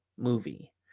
movie